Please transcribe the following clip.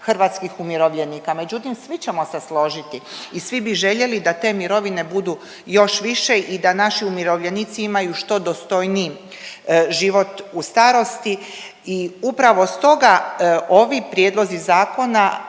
hrvatskih umirovljenika, međutim svi ćemo se složiti i svi bi željeli da te mirovine budu još više i da naši umirovljenici imaju što dostojniji život u starosti i upravo stoga ovi prijedlozi zakona